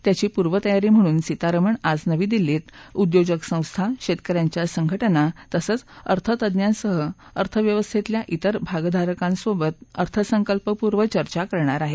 त्याची पूर्वतयारी म्हणून सीतारमण आज नवी दिल्ली इथं उद्योजक संस्था शेतकऱ्यांच्या संघटना तसंच अर्थतज्ञांसह अर्थव्यवस्थेतल्या इतर भागदारकांसोबत अर्थसंकल्पपूर्व चर्चा करणार आहेत